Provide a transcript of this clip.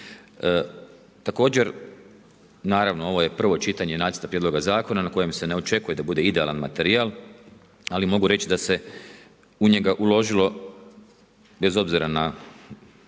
Također, naravno ovo je prvo čitanje nacrta prijedloga zakona na kojem se ne očekuje da bude idealan materijal, ali mogu reći da se u njega uložila bez obzira na